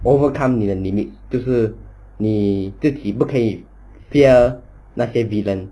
overcome 你的 limit 就是你自己不可以 fear 那些 villain